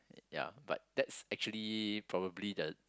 ya but that's actually probably the